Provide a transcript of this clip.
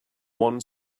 one